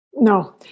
No